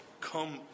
come